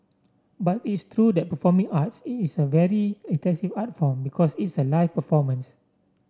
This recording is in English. but it's true that performing arts it is a very intensive art form because it's a live performance